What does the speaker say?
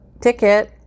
Ticket